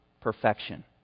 Perfection